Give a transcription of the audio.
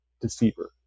deceiver